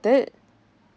it